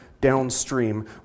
downstream